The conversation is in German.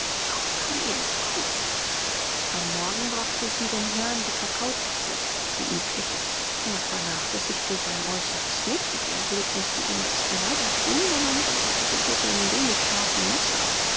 kamel sauf am morgen brachte sie dem herrn die kakaotasse die übliche er vernachlässigte sein äußeres nicht in der wildnis wie die meisten leider tun sondern rasierte sich mit dem wenig scharfen messer